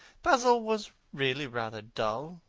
basil was really rather dull.